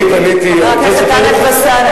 אני רוצה לספר לך.